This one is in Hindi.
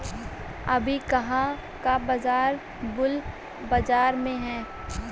अभी कहाँ का बाजार बुल बाजार में है?